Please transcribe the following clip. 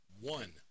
One